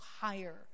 higher